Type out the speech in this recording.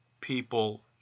people